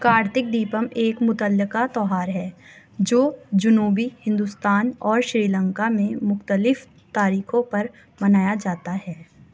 کارتک دیپم ایک متعلقہ تہوار ہے جو جنوبی ہندوستان اور شری لنکا میں مختلف تاریخوں پر منایا جاتا ہے